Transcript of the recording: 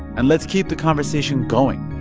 and let's keep the conversation going.